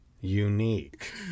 unique